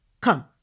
come